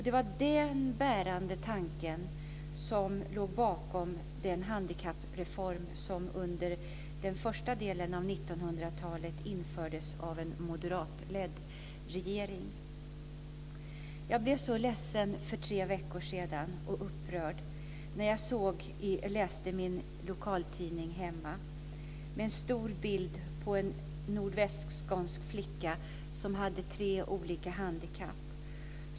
Det var den bärande tanken som låg bakom den handikappreform som under den första delen av 1990-talet infördes av en moderatledd regering. Jag blev så ledsen och upprörd för tre veckor sedan när jag läste i min lokaltidning. Där var en stor bild på en nordvästskånsk flicka som hade tre olika handikapp.